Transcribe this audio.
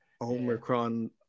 Omicron